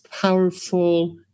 powerful